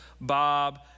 Bob